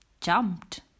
jumped